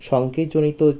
সঙ্কেতজনিত